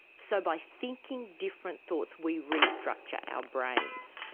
so by thinking different thoughts we restructure our brains.